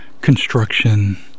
construction